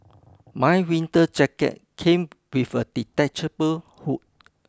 my winter jacket came with a detachable hood